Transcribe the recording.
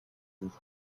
vous